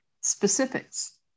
specifics